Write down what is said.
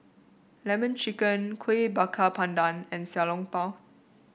lemon chicken Kuih Bakar Pandan and Xiao Long Bao